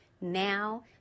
now